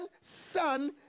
son